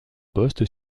poste